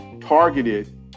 targeted